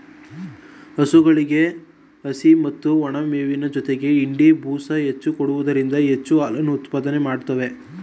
ಹಸುಗಳಿಗೆ ಹಸಿ ಮತ್ತು ಒಣಮೇವಿನ ಜೊತೆಗೆ ಹಿಂಡಿ, ಬೂಸ ಹೆಚ್ಚು ಕೊಡುವುದರಿಂದ ಹೆಚ್ಚು ಹಾಲನ್ನು ಉತ್ಪಾದನೆ ಮಾಡುತ್ವೆ